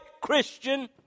Christian